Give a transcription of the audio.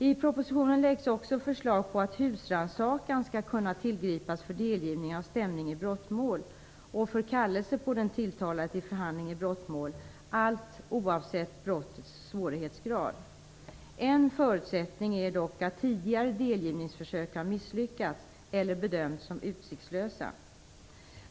I propositionen föreslås också att husrannsakan skall kunna tillgripas för delgivning av stämning i brottmål och för kallelse av den tilltalade till förhandling i brottmål, allt oavsett brottets svårighetsgrad. En förutsättning är dock att delgivningsförsök tidigare har misslyckats eller bedöms som utsiktslösa.